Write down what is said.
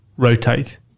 rotate